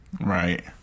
Right